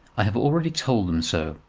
i have already told them so,